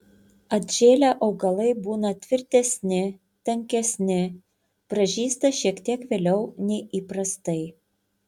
atžėlę augalai būna tvirtesni tankesni pražysta šiek tiek vėliau nei įprastai